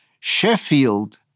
Sheffield